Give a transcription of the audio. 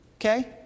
Okay